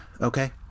okay